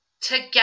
together